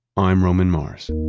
i'm roman mars